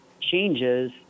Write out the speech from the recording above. changes